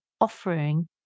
offering